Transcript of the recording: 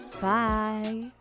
Bye